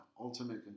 ultimate